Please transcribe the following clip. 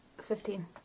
fifteen